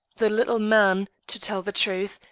the little man, to tell the truth,